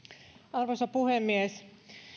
arvoisa puhemies